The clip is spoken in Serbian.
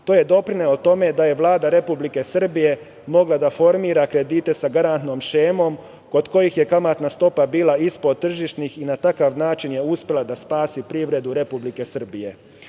To je doprinelo tome da je Vlada Republike Srbije mogla da formira kredite sa garantnom šemom, kod kojih je kamatna stopa bila ispod tržišnih i na takav način je uspela da spasi privredu Republike Srbije. Pored